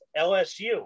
LSU